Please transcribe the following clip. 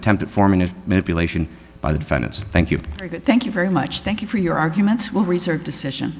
attempt at forming of manipulation by the defendants thank you thank you very much thank you for your arguments will reserve decision